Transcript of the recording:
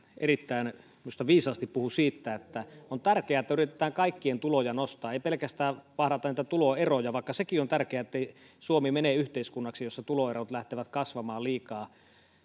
erittäin viisaasti puhui siitä että on tärkeää että yritetään kaikkien tuloja nostaa ei pelkästään vahdata niitä tuloeroja vaikka sekin on tärkeää ettei suomi mene yhteiskunnaksi jossa tuloerot lähtevät kasvamaan liikaa